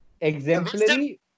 Exemplary